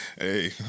hey